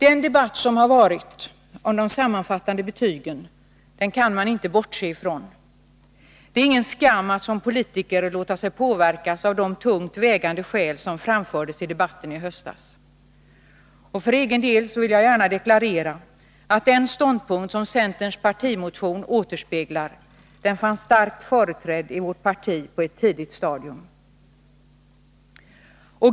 Den debatt som har varit om de sammanfattande betygen kan man inte bortse från. Det är ingen skam att som politiker låta sig påverkas av de tungt vägande skäl som framfördes i debatten i höstas. För egen del vill jag gärna deklarera att den ståndpunkt som centerns partimotion återspeglar fanns starkt företrädd i vårt parti på ett tidigt stadium.